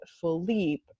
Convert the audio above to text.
Philippe